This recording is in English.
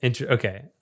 Okay